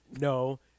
No